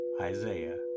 isaiah